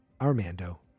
Armando